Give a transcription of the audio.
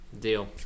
Deal